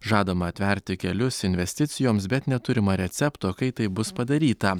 žadama atverti kelius investicijoms bet neturima recepto kaip tai bus padaryta